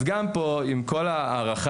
אז גם פה עם כל הערכה,